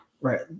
Right